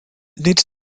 nid